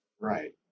Right